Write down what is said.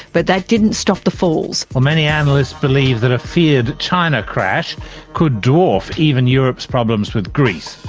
but that didn't stop the falls. um many analysts believe that a feared china crash could dwarf even europe's problems with greece.